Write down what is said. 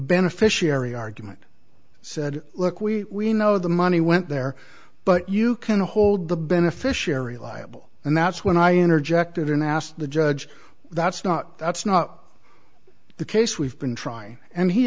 beneficiary argument said look we we know the money went there but you can hold the beneficiary liable and that's when i interjected and asked the judge that's not that's not the case we've been trying and he